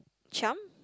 Chiam